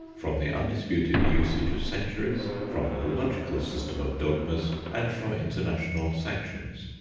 from the undisputed usage of centuries, from a logical system of dogmas, and from international sanctions.